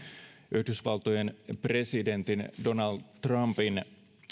yhdysvaltojen presidentin donald trumpin